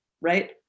right